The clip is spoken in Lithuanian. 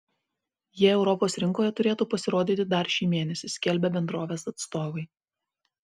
jie europos rinkoje turėtų pasirodyti dar šį mėnesį skelbia bendrovės atstovai